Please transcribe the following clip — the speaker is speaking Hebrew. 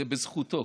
זה בזכותו